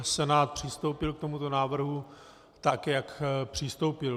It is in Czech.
Senát přistoupil k tomuto návrhu tak, jak přistoupil.